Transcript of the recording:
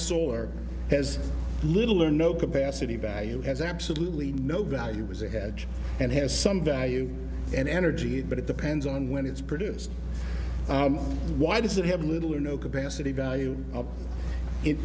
solar has little or no capacity value has absolutely no value was a hedge and has some value and energy but it depends on when it's produced why does it have little or no capacity value of it